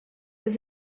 was